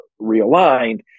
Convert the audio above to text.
realigned